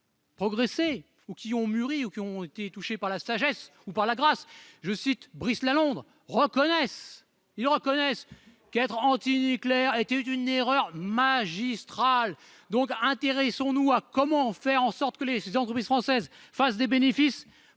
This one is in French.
Progressé ou qui ont mûri ou qui ont été touchés par la sagesse ou par la grâce, je cite Brice Lalonde reconnaissent, ils reconnaissent qu'être anti-nucléaire était une erreur magistrale donc, intéressons-nous à comment faire en sorte que les saisons, entreprise française fasse des bénéfices